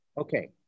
Okay